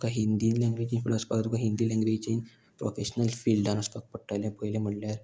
तुका हिंदीन लँग्वेजीन फुडें वचपाक तुका हिंदी लँग्वेजीन प्रोफेशनल फिल्डान वचपाक पडटलें पयलें म्हळ्यार